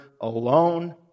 alone